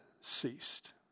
ceased